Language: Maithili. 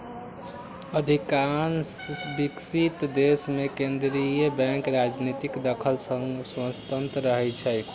अधिकांश विकसित देश मे केंद्रीय बैंक राजनीतिक दखल सं स्वतंत्र रहै छै